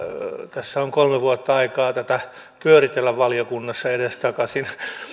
tässä on kolme vuotta aikaa tätä pyöritellä valiokunnassa edestakaisin